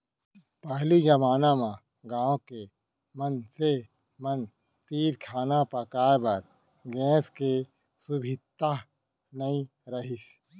पहिली जमाना म गॉँव के मनसे मन तीर खाना पकाए बर गैस के सुभीता नइ रहिस